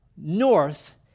North